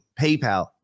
PayPal